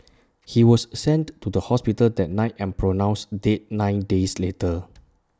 he was sent to the hospital that night and pronounced dead nine days later